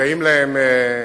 זכאים להם